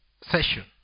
session